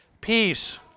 peace